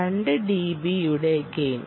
2 dB യുടെ gain